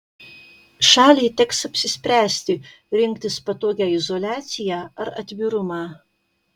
šaliai teks apsispręsti rinktis patogią izoliaciją ar atvirumą